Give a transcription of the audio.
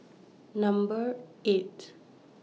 Number eight